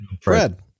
Fred